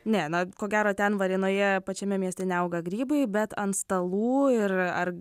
ne na ko gero ten varėnoje pačiame mieste neauga grybai bet ant stalų ir ar